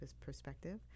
perspective